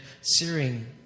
searing